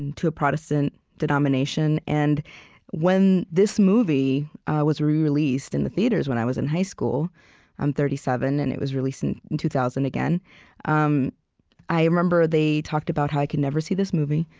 to a protestant denomination. and when this movie was re-released in the theaters when i was in high school i'm thirty seven, and it was released in and two thousand again um i remember they talked about how i could never see this movie,